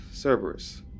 Cerberus